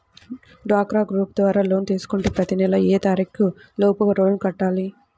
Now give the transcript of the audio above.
డ్వాక్రా గ్రూప్ ద్వారా లోన్ తీసుకుంటే ప్రతి నెల ఏ తారీకు లోపు లోన్ కట్టాలి?